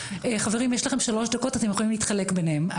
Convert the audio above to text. חברים יש לכם שלוש דקות אתם יכולים להתחלק ביניהם,